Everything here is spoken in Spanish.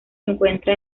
encuentra